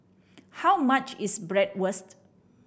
how much is Bratwurst